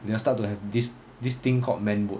they will start to have this this thing called man mode